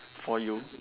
for you